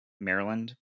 Maryland